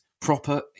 proper